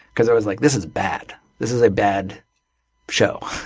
because it was like this is bad. this is a bad show.